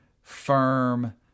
firm